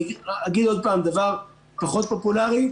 אני אגיד עוד פעם דבר פחות פופולרי: